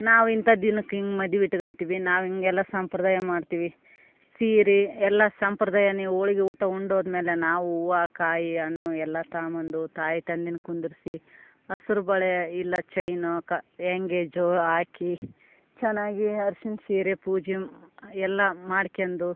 ನಾವಿಂಥ ದಿನಕ್ಕೆ ಹಿಂಗೆ ಮದುವಿ ಇಟ್ಕೊಂತೀವಿ ನಾವು ಹಿಂಗೆಲ್ಲ ಸಂಪ್ರದಾಯ ಮಾಡ್ತೀವಿ ಸೀರೆ ಎಲ್ಲ ಸಂಪ್ರದಾಯ ಹೋಳ್ಗಿ ಊಟ ಉಂಡೋದ ಮೇಲೆ ನಾವು ಹೂವು ಕಾಯಿ ಹಣ್ಣು ಎಲ್ಲ ತಗೊನ್ಬಂದು ತಾಯಿ ತಂದೆನ ಕುಂದರಿಸಿ ಹಸ್ರ ಬಳೆ ಇಲ್ಲ ಚೈನು ಕ ಎಂಗೇಜು ಹಾಕಿ ಚೆನ್ನಾಗಿ ಅರ್ಶಿಣ ಸೀರೆ ಪೂಜೆ ಎಲ್ಲ ಮಾಡ್ಕೆಂಡು